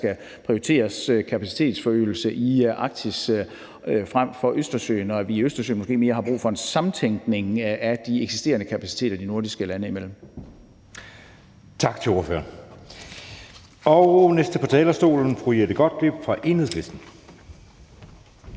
der skal prioriteres kapacitetsforøgelse i Arktis frem for Østersøen, og at vi i Østersøen måske mere har brug for en sammentænkning af de eksisterende kapaciteter de nordiske lande imellem. Kl. 19:32 Anden næstformand (Jeppe Søe): Tak til ordføreren. Den næste på talerstolen er fru Jette Gottlieb fra Enhedslisten.